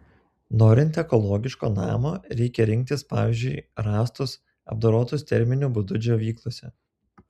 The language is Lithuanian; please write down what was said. norint ekologiško namo reikia rinktis pavyzdžiui rąstus apdorotus terminiu būdu džiovyklose